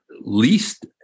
least